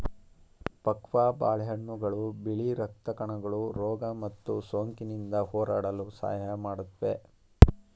ಪಕ್ವ ಬಾಳೆಹಣ್ಣುಗಳು ಬಿಳಿ ರಕ್ತ ಕಣಗಳು ರೋಗ ಮತ್ತು ಸೋಂಕಿನಿಂದ ಹೋರಾಡಲು ಸಹಾಯ ಮಾಡುತ್ವೆ